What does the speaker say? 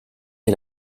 est